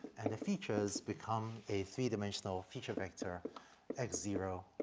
and the features become a three dimensional feature vector x zero,